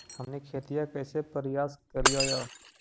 हमनी खेतीया कइसे परियास करियय?